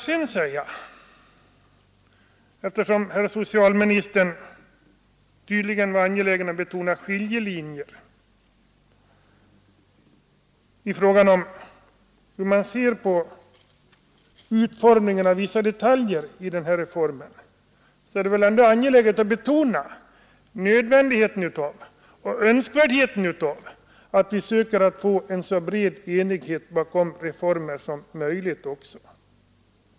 Herr socialministern var också angelägen att betona skiljelinjer i fråga om utformningen av vissa detaljer i reformen. För mig är det angeläget att betona nödvändigheten och önskvärdheten av att få en så bred enighet som möjligt bakom reformen.